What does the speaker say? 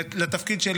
התשפ"ד 2024,